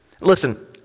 Listen